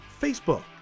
Facebook